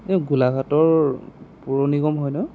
এই গোলাঘাটৰ পৌৰ নিগম হয় নহয়